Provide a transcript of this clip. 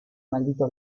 maldito